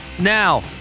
Now